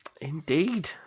Indeed